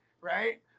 right